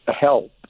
help